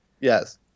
Yes